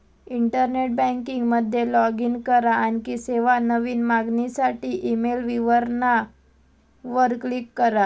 internet banking मध्ये log in करा, आणखी सेवा, नवीन मागणीसाठी ईमेल विवरणा वर क्लिक करा